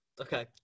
Okay